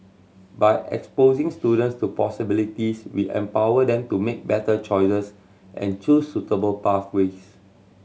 by exposing students to possibilities we empower them to make better choices and choose suitable pathways